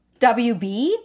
WB